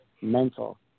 mental